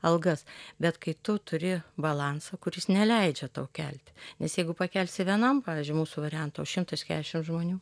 algas bet kai tu turi balansą kuris neleidžia tau kelt nes jeigu pakelsi vienam pavyzdžiui mūsų varianto šimtas kesšim žmonių